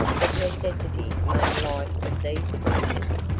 but necessity made light of these twinges,